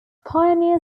pioneer